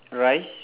rice